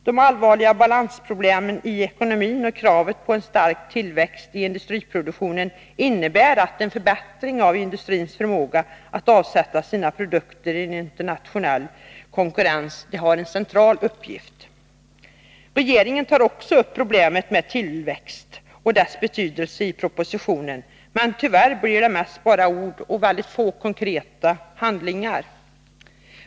De allvarliga balansproblemen i ekonomin och kravet på en stark tillväxt i industriproduktionen innebär att en förbättring av industrins förmåga att avsätta sina produkter i internationell konkurrens är en central uppgift. Regeringen tar i sin proposition också upp problemet med tillväxt och dess betydelse, men det blir tyvärr mest med ord och få konkreta handlingar.